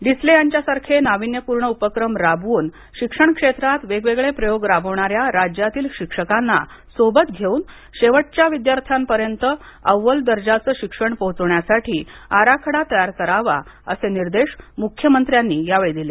डिसले यांच्यासारखे नाविन्यपूर्ण उपक्रम राबवून शिक्षण क्षेत्रात वेगवेगळे प्रयोग राबवणाऱ्या राज्यातील शिक्षकांना सोबत घेऊन शेवटच्या विद्यार्थ्यापर्यंत अव्वल दर्जाचं शिक्षण पोहचवण्यासाठी आराखडा तयार करावा असे निर्देश मुख्यमंत्र्यांनी यावेळी दिले